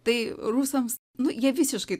tai rusams nu jie visiškai